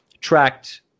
tracked